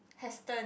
hasten